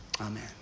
Amen